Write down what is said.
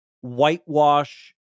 whitewash